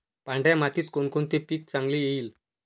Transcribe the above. पांढऱ्या मातीत कोणकोणते पीक चांगले येईल?